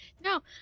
No